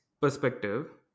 perspective